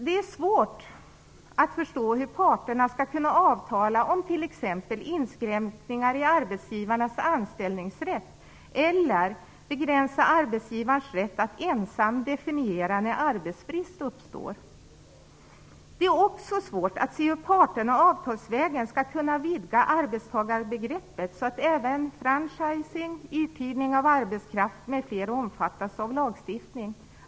Det är svårt att förstå hur parterna skall kunna avtala om t.ex. inskränkningar i arbetsgivarnas anställningsrätt eller att begränsa arbetsgivarens rätt att ensam definiera när arbetsbrist uppstår. Det är också svårt att se hur parterna avtalsvägen skall kunna vidga arbetstagarbegreppet så att även franschising, uthyrning av arbetskraft, m.m. omfattas.